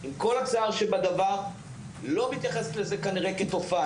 עם כל הצער שבדבר, לא מתייחסת לזה כנראה כתופעה.